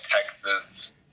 Texas